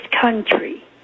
country